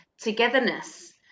togetherness